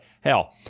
Hell